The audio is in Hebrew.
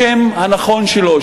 בשם הנכון שלו,